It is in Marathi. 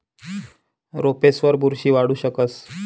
रोपेसवर बुरशी वाढू शकस